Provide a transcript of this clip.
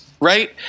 right